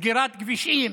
סגירת כבישים.